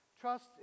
trust